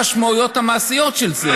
זה המשמעויות המעשיות של זה.